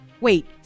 wait